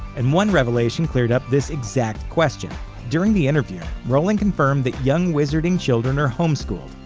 and one revelation cleared up this exact question. during the interview, rowling confirmed that young wizarding children are homeschooled,